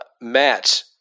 Matt